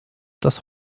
das